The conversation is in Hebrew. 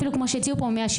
אפילו כמו שהציעו פה 175%,